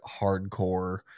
hardcore